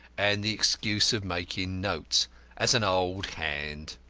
and the excuse of making notes as an old hand.